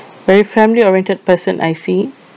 very family-oriented person I see